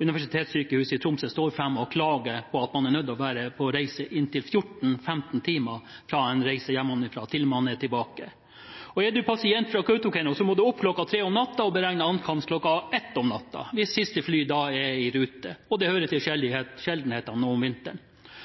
Universitetssykehuset i Tromsø, står fram og klager på at man er nødt til å være på reise i inntil 14–15 timer fra man reiser hjemmefra, til man er tilbake. Er man pasient fra Kautokeino, må man opp kl. 03.00 om natten – og beregne ankomst kl. 01.00 neste natt, hvis siste fly er i rute da, og det hører til sjeldenhetene om vinteren.